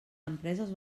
empreses